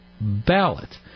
ballot